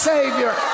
Savior